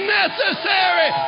necessary